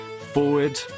Forward